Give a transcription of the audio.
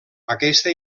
aquesta